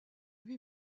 lui